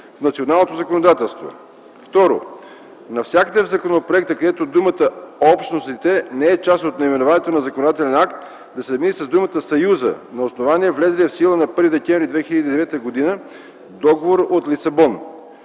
в националното законодателство. 2. Навсякъде в законопроекта, където думата „Общностите” не е част от наименованието на законодателен акт, да се замени с думата „Съюза”, на основание влезлия в сила на 1 декември 2009 г. Договор от Лисабон.